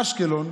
אשקלון,